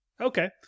Okay